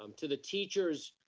um to the teachers,